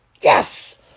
Yes